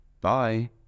Bye